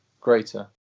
greater